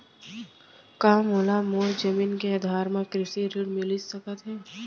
का मोला मोर जमीन के आधार म कृषि ऋण मिलिस सकत हे?